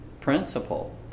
principle